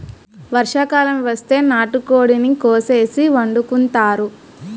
వర్షాకాలం వస్తే నాటుకోడిని కోసేసి వండుకుంతారు